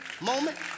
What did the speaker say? moment